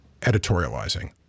editorializing